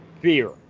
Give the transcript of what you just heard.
Fear